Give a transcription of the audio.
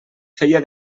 feia